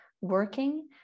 working